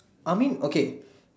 I mean okay